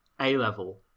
A-level